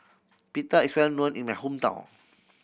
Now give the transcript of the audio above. pita is well known in my hometown